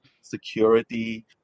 security